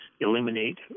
eliminate